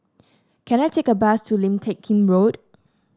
can I take a bus to Lim Teck Kim Road